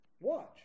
Watch